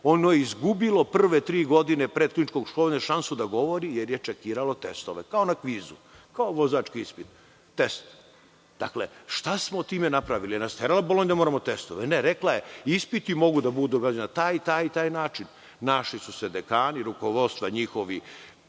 Ono je izgubilo prve tri godine prethodnog školovanja šansu da govori jer je čekiralo testove, kao na kvizu, kao vozački ispit, test. Šta smo time napravili? Da li nas je terala Bolonja da moramo testove? Ne, rekla je – ispiti mogu da budu urađeni na taj i taj način. Naši su se dekani, rukovodstva, njihovi